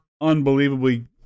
unbelievably